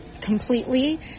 completely